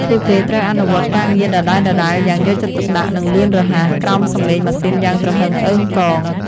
ពួកគេត្រូវអនុវត្តការងារដដែលៗយ៉ាងយកចិត្តទុកដាក់ និងលឿនរហ័ស ក្រោមសំឡេងម៉ាស៊ីនយ៉ាងទ្រហឹងអ៊ឹងកង។